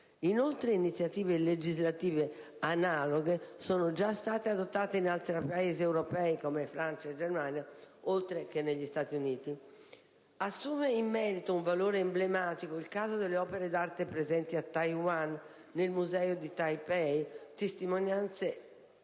Inoltre iniziative legislative analoghe sono state già adottate in altri Paesi europei, come Francia e Germania, oltre che negli Stati Uniti. Assume in merito un valore emblematico il caso delle opere d'arte presenti a Taiwan nel museo di Taipei, testimonianze